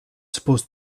supposed